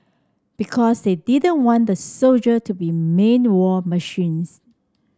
because they didn't want the soldiers to be main war machines